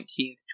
19th